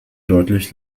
deutlich